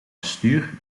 bestuur